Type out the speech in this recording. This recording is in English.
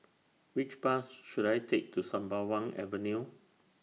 Which Bus should I Take to Sembawang Avenue